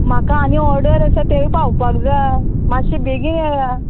म्हाका आनी ऑर्डर आसा तेयू पावपाक जाय मात्शे बेगीन येया